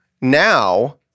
now